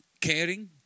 Caring